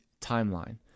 timeline